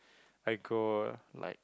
I grow like